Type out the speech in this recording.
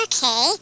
Okay